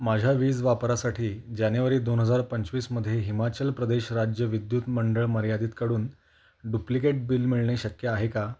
माझ्या वीज वापरासाठी जानेवारी दोन हजार पंचवीसमध्ये हिमाचल प्रदेश राज्य विद्युत मंडळ मर्यादितकडून डुप्लिकेट बिल मिळणे शक्य आहे का